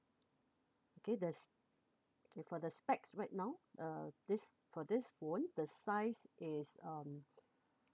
okay there's okay for the specs right now uh this for this phone the size is um